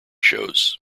shows